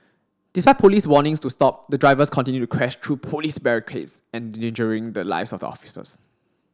despite Police warnings to stop the drivers continued to crash through Police barricades endangering the lives of the officers